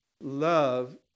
love